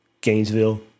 Gainesville